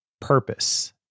purpose